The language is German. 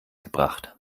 gebracht